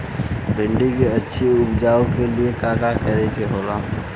भिंडी की अच्छी उपज के लिए का का करे के होला?